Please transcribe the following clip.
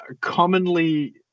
Commonly